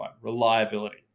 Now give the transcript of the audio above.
reliability